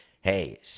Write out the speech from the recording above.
hey